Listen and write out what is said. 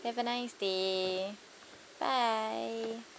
have a nice day bye